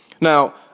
Now